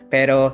Pero